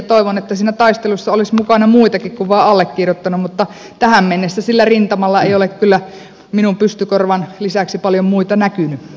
toivon että siinä taistelussa olisi mukana muitakin kuin vain allekirjoittanut mutta tähän mennessä sillä rintamalla ei ole kyllä minun pystykorvan lisäksi paljon muita näkynyt